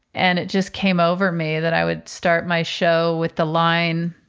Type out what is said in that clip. and it just came over me that i would start my show with the line.